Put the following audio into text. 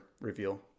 reveal